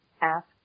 ask